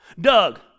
Doug